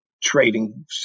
trading